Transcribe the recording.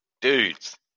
Dudes